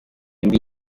ndi